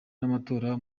n’amatora